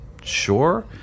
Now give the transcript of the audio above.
Sure